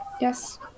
Yes